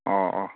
ꯑꯣ ꯑꯣ